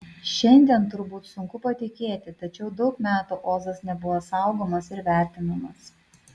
šiandien turbūt sunku patikėti tačiau daug metų ozas nebuvo saugomas ir vertinamas